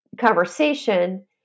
conversation